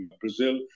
Brazil